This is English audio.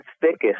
thickest